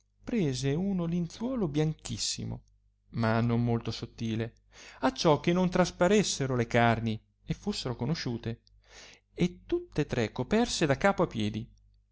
prese uno linzuolo bianchissimo ma non molto sottile acciò che non trasparessero le carni e fussero conosciute e tutta tre coperse da capo a piedi